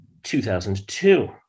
2002